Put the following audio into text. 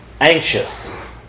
anxious